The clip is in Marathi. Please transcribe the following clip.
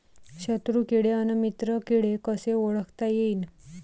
शत्रु किडे अन मित्र किडे कसे ओळखता येईन?